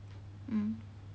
mm